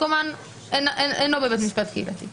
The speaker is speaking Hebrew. מקומן אינו בבית משפט קהילתי.